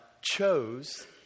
chose